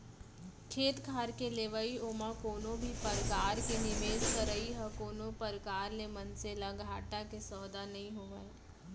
खेत खार के लेवई ओमा कोनो भी परकार के निवेस करई ह कोनो प्रकार ले मनसे ल घाटा के सौदा नइ होय